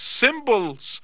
symbols